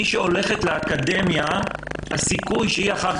מי שהולכת לאקדמיה הסיכוי שהיא תגיע אחר